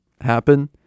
happen